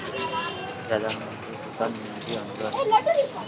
ప్రధాన మంత్రి కిసాన్ నిధి అనగా నేమి?